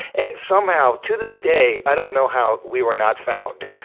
and somehow, to this day, i don't know how we were not found.